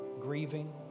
grieving